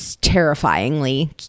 terrifyingly